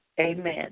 amen